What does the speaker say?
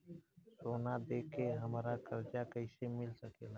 सोना दे के हमरा कर्जा कईसे मिल सकेला?